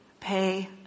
pay